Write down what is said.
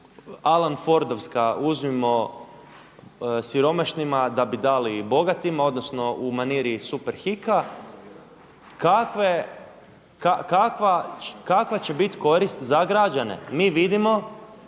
Alan Fordovska uzmimo siromašnima da bi dali bogatima odnosno u maniri Super Hika, kakve će biti korist za građane? Mi vidimo